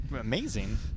amazing